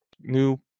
new